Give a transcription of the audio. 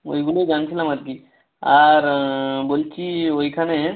ওইগুলোই জানছিলাম আর কি আর বলছি ওইখানে